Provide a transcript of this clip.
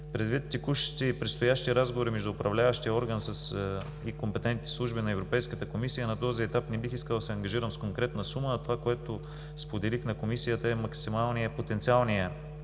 Предвид текущите и предстоящи разговори между управляващия орган и компетентните служби на Европейската комисия на този етап не бих искал да се ангажирам с конкретна сума, а това, което споделих на Комисията, е максималният, потенциалният